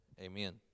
Amen